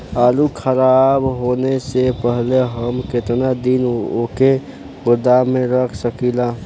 आलूखराब होने से पहले हम केतना दिन वोके गोदाम में रख सकिला?